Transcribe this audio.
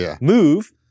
move